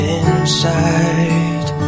inside